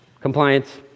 Compliance